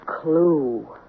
clue